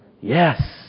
Yes